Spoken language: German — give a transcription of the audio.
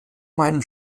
meinen